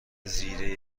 زیره